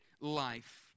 life